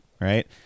right